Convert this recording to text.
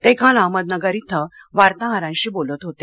ते काल अहमदनगर इथं वार्ताहरांशी बोलत होते